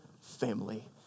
family